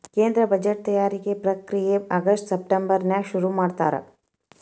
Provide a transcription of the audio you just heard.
ಕೇಂದ್ರ ಬಜೆಟ್ ತಯಾರಿಕೆ ಪ್ರಕ್ರಿಯೆ ಆಗಸ್ಟ್ ಸೆಪ್ಟೆಂಬರ್ನ್ಯಾಗ ಶುರುಮಾಡ್ತಾರ